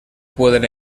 pueden